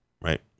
right